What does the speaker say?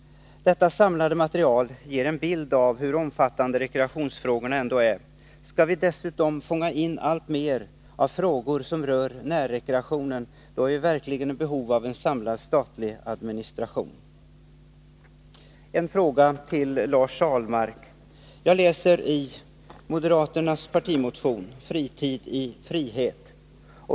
Detta samlade material ger en bild av hur omfattande rekreationsfrågorna ändå är. Skall vi dessutom fånga in alltmer av frågor som rör närrekreationen, har vi verkligen behov av en samlad statlig administration. En fråga till Lars Ahlmark. Jag läser i moderaternas partimotion ”Fritid i frihet”.